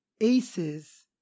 ACEs